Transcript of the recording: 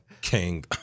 King